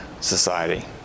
society